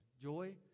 Joy